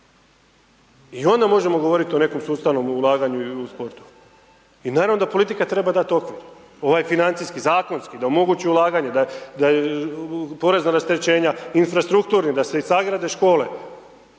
I onda možemo govoriti o nekom sustavnom ulaganju u sportu. I naravno da politika treba dat okvir, ovaj financijski, zakonski, da omogući ulaganja, daje porezno rasterećenja, infrastrukturni, da se i sagrade škole